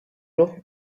l’eau